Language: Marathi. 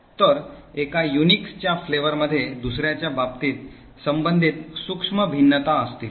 तर एका युनिक्स च्या flavour मध्ये दुसर्याच्या बाबतीत संबंधित सूक्ष्म भिन्नता असतील